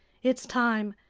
it's time.